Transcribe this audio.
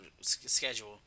schedule